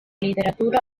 literatura